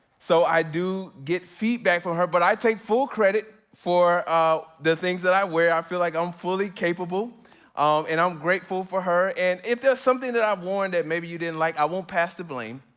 so i do get feedback from her but i take full credit for the things that i wear. i feel like i'm fully capable ah and i'm grateful for her. and if there's something that i've worn that maybe you didn't like, i won't pass the blame,